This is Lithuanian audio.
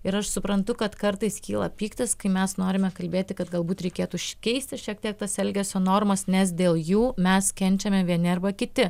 ir aš suprantu kad kartais kyla pyktis kai mes norime kalbėti kad galbūt reikėtų iškeisti šiek tiek tas elgesio normas nes dėl jų mes kenčiame vieni arba kiti